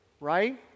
right